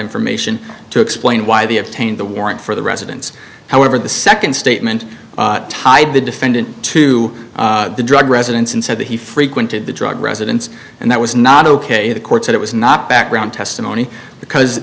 information to explain why they obtain the warrant for the residence however the second statement tied the defendant to the drug residence and said that he frequented the drug residence and that was not ok the court said it was not background testimony because